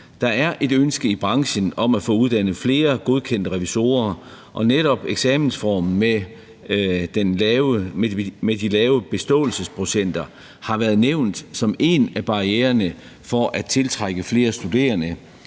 der er et ønske i branchen om at få uddannet flere godkendte revisorer, og netop eksamensformen med de lave beståelsesprocenter har været nævnt som en af barriererne for at tiltrække flere studerende.